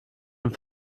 dem